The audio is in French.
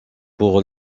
pour